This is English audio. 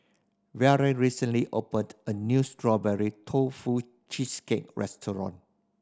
Verla recently opened a new Strawberry Tofu Cheesecake restaurant